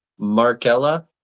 Markella